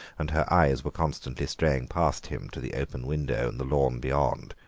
and her eyes were constantly straying past him to the open window and the lawn beyond.